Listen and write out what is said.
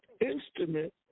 instrument